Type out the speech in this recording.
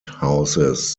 houses